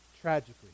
tragically